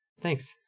Thanks